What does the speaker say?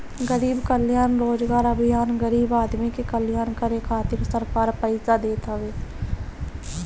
गरीब कल्याण रोजगार अभियान गरीब आदमी के कल्याण करे खातिर सरकार पईसा देत हवे